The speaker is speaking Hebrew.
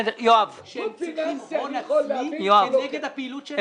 שהם צריכים הון עצמי כנגד הפעילות שלהם.